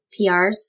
PRs